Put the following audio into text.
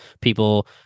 people